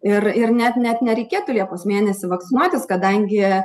ir ir net net nereikėtų liepos mėnesį vakcinuotis kadangi